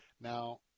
Now